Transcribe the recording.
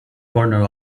corner